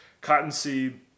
cottonseed